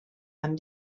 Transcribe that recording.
amb